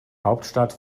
hauptstadt